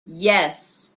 yes